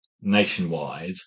Nationwide